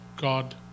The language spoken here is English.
God